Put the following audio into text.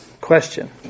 question